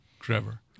Trevor